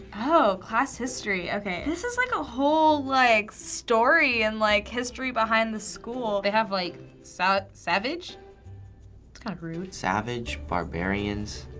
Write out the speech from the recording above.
oh, class history. okay. this is like a whole like story and like history behind the school. they have like savage? that's kind of rude. savage, barbarians,